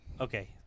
Okay